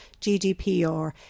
GDPR